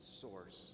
source